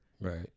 Right